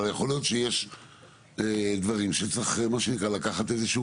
אבל יכול להיות שיש דברים שצריך לקחת איזושהי